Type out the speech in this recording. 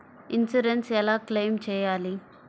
Insurance ఎలా claim చేయాలి?